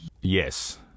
Yes